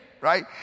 right